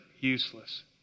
useless